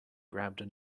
grabbed